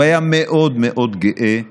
הוא היה מאוד גאה באימו.